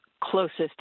closest